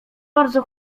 bardzo